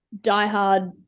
diehard